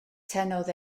tynnodd